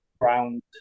ground